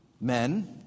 Men